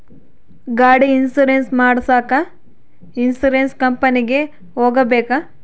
ಗಾಡಿ ಇನ್ಸುರೆನ್ಸ್ ಮಾಡಸಾಕ ಇನ್ಸುರೆನ್ಸ್ ಕಂಪನಿಗೆ ಹೋಗಬೇಕಾ?